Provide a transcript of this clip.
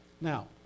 now